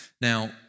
Now